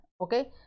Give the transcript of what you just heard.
okay